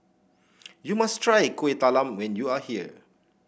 you must try Kueh Talam when you are here